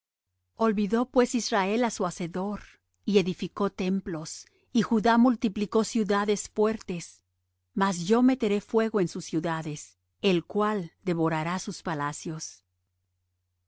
olvidó pues israel á su hacedor y edificó templos y judá multiplicó ciudades fuertes mas yo meteré fuego en sus ciudades el cual devorará sus palacios